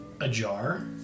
Ajar